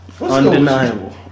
Undeniable